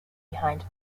behind